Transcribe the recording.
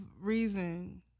reason